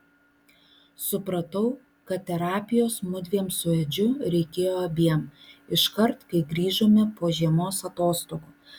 supratau kad terapijos mudviem su edžiu reikėjo abiem iškart kai grįžome po žiemos atostogų